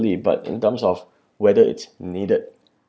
but in terms of whether it's needed